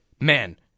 Man